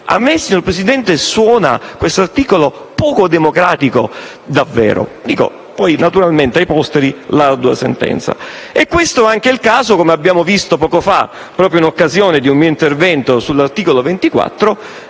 Signor Presidente, a me questo articolo suona poco democratico davvero; poi, naturalmente, ai posteri l'ardua sentenza. Questo è anche il caso, come abbiamo visto poco fa, proprio in occasione di un mio intervento sull'articolo 24,